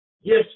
Yes